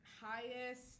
highest